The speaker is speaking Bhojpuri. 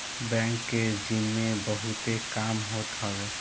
बैंक के जिम्मे बहुते काम होत हवे